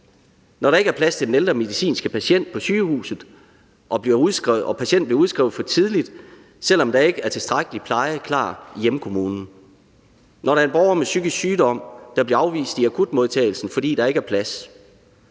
når der ikke er plads til den ældre medicinske patient på sygehuset, og patienten bliver udskrevet for tidligt, selv om der ikke er tilstrækkelig pleje klar i hjemmekommunen; når der er en borger med psykisk sygdom, der bliver afvist i akutmodtagelsen, fordi der ikke er plads;